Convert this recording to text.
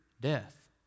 death